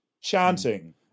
chanting